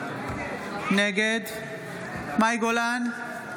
נגד מאי גולן,